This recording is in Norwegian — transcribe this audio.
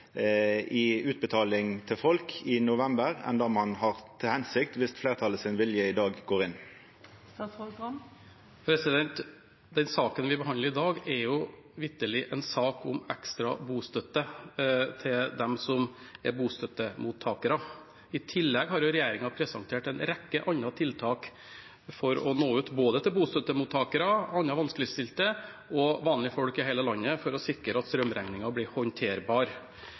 i utbetaling til folk i november som det ein no har til hensikt, om viljen til fleirtalet i dag går inn? Den saken vi behandler i dag, er vitterlig en sak om ekstra bostøtte til dem som er bostøttemottakere. I tillegg har regjeringen presentert en rekke andre tiltak for å nå ut til både bostøttemottakere, andre vanskeligstilte og vanlige folk i hele landet for å sikre at strømregningen blir håndterbar.